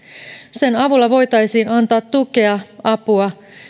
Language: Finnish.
sen avulla voitaisiin antaa tukea apua